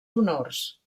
honors